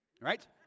right